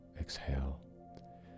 exhale